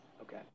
Okay